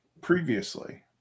previously